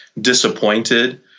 disappointed